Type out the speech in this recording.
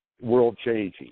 world-changing